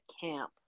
camp